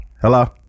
Hello